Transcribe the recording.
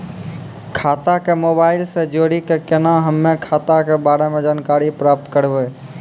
खाता के मोबाइल से जोड़ी के केना हम्मय खाता के बारे मे जानकारी प्राप्त करबे?